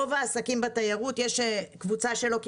רוב העסקים בתיירות יש קבוצה שלא קיבלה,